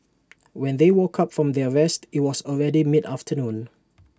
when they woke up from their rest IT was already mid afternoon